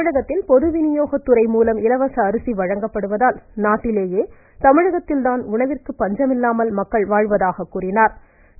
தமிழகத்தில் பொதுவினியோகத் துறை மூலம் இலவச அரிசி வழங்கப்படுவதால் நாட்டிலேயே தமிழகத்தில் தான் உணவிற்கு பஞ்சமில்லாமல் மக்கள் வாழ்வதாக கூறினாா்